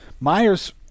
Myers